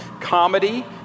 comedy